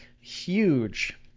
huge